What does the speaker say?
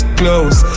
close